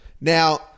Now